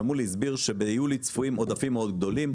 שמולי הסביר שביולי צפויים עודפים מאוד גדולים,